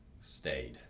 stayed